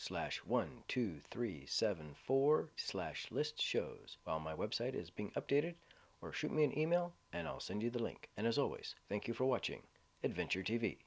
slash one two three seven four slash list shows on my website is being updated or shoot me an email and i'll send you the link and as always thank you for watching adventure t